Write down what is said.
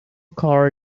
car